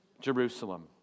Jerusalem